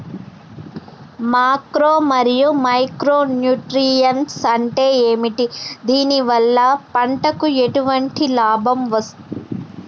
Macro మరియు micro nutrients అంటే ఏమిటి? దీనివల్ల పంటకు ఎటువంటి లాభం?